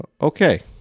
Okay